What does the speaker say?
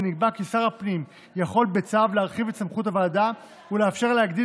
ונקבע כי שר הפנים יכול להרחיב את סמכות הוועדה בצו ולאפשר לה להגדיל